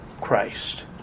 Christ